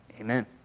Amen